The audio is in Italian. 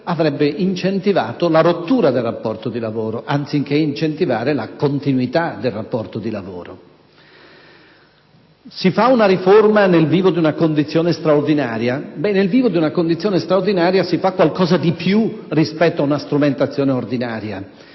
avrebbe incentivato la rottura del rapporto di lavoro, anziché incentivare la continuità del rapporto di lavoro. Si fa una riforma nel vivo di una condizione straordinaria? In tali circostanze si fa qualcosa di più rispetto ad una strumentazione ordinaria,